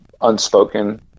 unspoken